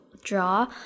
draw